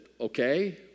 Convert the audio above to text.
okay